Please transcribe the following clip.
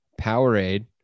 Powerade